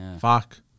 fuck